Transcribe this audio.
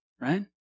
right